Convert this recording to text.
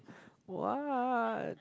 what